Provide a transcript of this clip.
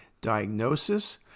diagnosis